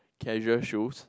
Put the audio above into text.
casual shoes